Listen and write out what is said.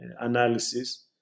analysis